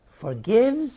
forgives